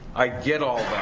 i get all